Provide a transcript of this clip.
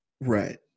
Right